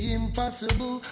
impossible